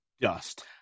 Dust